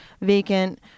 vacant